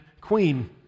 queen